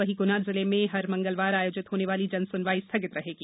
वहीं गुना जिले में हर मंगलवार आयोजित होने वाली जनसुनवाई स्थगित रहेगी